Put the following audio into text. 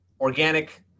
organic